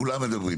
כולם מדברים,